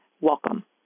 welcome